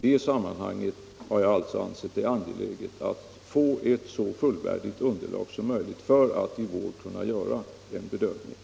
Jag har ansett det angeläget att få ett så fullvärdigt underlag som möjligt för att i vår kunna göra den bedömningen.